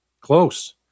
Close